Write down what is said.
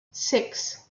six